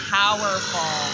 powerful